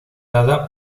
dada